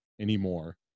anymore